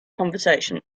conversation